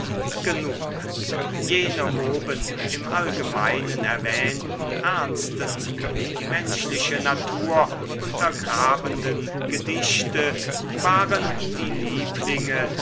genug jene oben im allgemeinen erwähnten ernsten und die menschliche natur untergrabenden gedichte waren die lieblinge